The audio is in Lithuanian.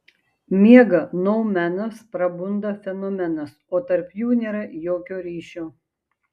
miega noumenas prabunda fenomenas o tarp jų nėra jokio ryšio